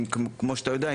כמו שאתה יודע,